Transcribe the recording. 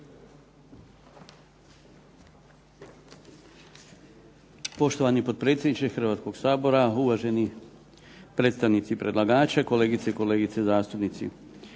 Poštovani potpredsjedniče Hrvatskoga sabora, uvaženi predstavnici predlagača, kolegice i kolege zastupnici.